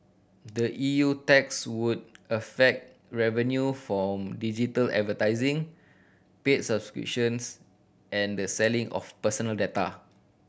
the E U tax would affect revenue from digital advertising paid subscriptions and the selling of personal data